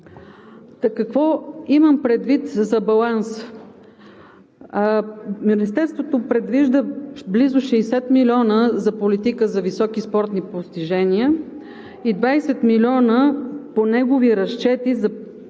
Какво имам предвид за баланса? Министерството предвижда близо 60 милиона за политика за високи спортни постижения и 20 милиона по негови разчети за политика